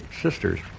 sisters